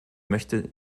möchte